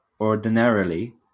ordinarily